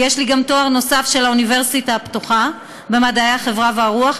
ויש לי גם תואר נוסף של האוניברסיטה הפתוחה במדעי החברה והרוח,